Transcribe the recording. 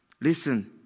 Listen